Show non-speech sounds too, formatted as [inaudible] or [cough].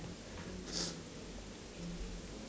[noise]